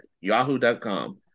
yahoo.com